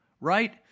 right